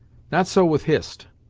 not so with hist.